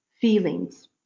feelings